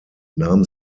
nahm